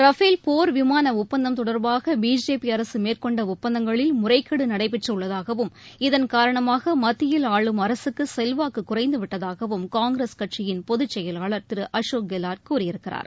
Rafale போர் விமான ஒப்பந்தம் தொடர்பாக பிஜேபி அரசு மேற்கொண்ட ஒப்பந்தங்களில் முறைகேடு நடைபெற்றுள்ளதாகவும் இதன் காரணமாக மத்தியில் ஆளும் அரசுக்கு செல்வாக்கு குறைந்துவிட்டதாகவும் காங்கிரஸ் கட்சியின் பொதுச்செயலாளர் திரு அசோக் கெலாட் கூறியிருக்கிறார்